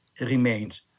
remains